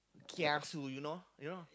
kiasu you know you know